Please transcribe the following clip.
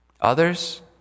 Others